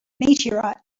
meteorite